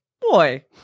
Boy